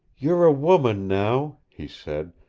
you're a woman now, he said.